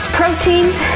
proteins